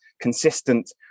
consistent